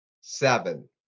seven